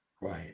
Right